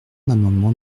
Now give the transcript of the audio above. l’amendement